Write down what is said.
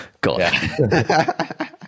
God